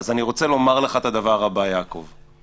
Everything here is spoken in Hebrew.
אז אני רוצה לומר לך את הדבר הבא, יעקב,